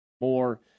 more